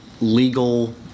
legal